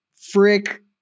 frick